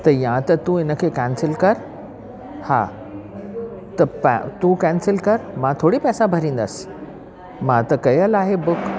त या त तूं इनखे केंसिल कर हा त पा तूं केंसिल कर मां थोरी पैसा भरींदसि मां त कयल आहे बुक